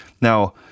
Now